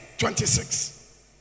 Twenty-six